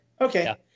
Okay